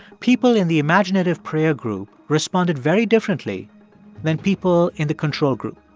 people in the imaginative prayer group responded very differently than people in the control group